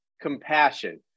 compassion